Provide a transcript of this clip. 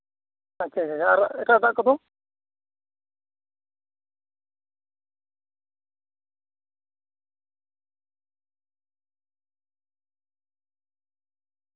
ᱟᱪᱪᱷᱟ ᱟᱪᱪᱷᱟ ᱟᱨ ᱮᱴᱟᱜᱼᱮᱴᱟᱜ ᱠᱚᱫᱚ